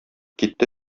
китте